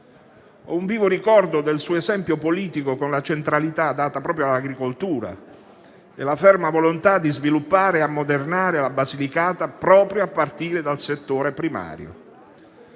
Ho un vivo ricordo del suo esempio politico con la centralità data proprio all'agricoltura e la ferma volontà di sviluppare e ammodernare la Basilicata proprio a partire dal settore primario.